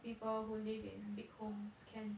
people who live in big homes can